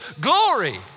glory